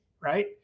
Right